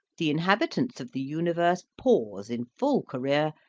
the inhabitants of the universe pause in full career,